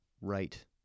right—